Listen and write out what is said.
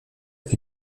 will